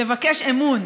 לבקש אמון